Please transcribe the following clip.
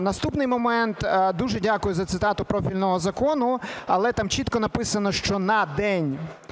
Наступний момент. Дуже дякую за цитату профільного закону. Але там чітко написано, що на день